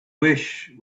wish